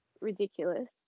ridiculous